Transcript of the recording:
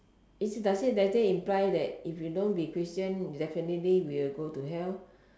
is does it does it imply that if you don't be christian definitely will go to hell